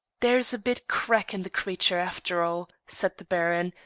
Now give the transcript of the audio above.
there's a bit crack in the creature after all, said the baron,